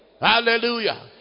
Hallelujah